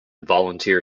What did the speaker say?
volunteer